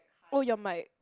oh your mic